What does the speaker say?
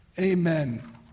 Amen